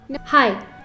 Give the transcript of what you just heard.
Hi